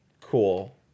Cool